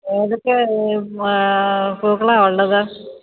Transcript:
ഏതൊക്കെയാണ് പൂക്കളാണ് ഉള്ളത്